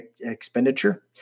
expenditure